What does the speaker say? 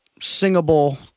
singable